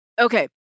Okay